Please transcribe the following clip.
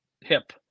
hip